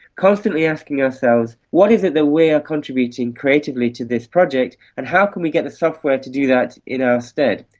constantly asking ourselves what is it that we're contributing creatively to this project and how can we get the software to do that in our stead.